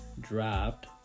draft